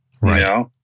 Right